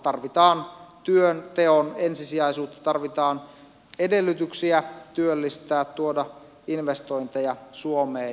tarvitaan työnteon ensisijaisuutta tarvitaan edellytyksiä työllistää tuoda investointeja suomeen